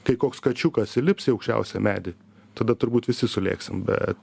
kai koks kačiukas įlips į aukščiausią medį tada turbūt visi sulėksim bet